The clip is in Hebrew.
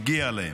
מגיע להם.